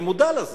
אני מודע לזה.